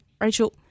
Rachel